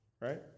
right